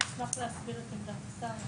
נשמח להסביר את עמדת השר.